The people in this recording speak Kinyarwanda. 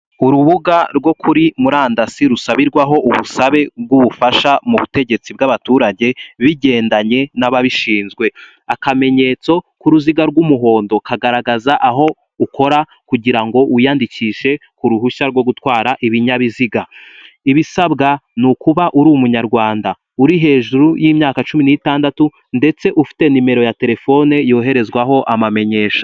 Urubuga rwo kuri murandasi rusabirwaho ubusabe bw'ubufasha mu butegetsi bw'abaturage bigendanye n'ababishinzwe akamenyetso k'uruziga rw'umuhondo kagaragaza aho ukora kugira ngo wiyandikishe ku ruhushya rwo gutwara ibinyabiziga ibisabwa ni ukuba uri umunyarwanda uri hejuru y'imyaka cumi n'itandatu ndetse ufite numero ya telefone yoherezwaho amamenyesha.